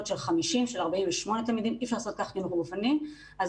כבר עשינו דיון מתוך דוח מבקר המדינה 70ב